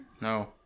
No